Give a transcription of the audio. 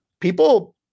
people